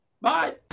Bye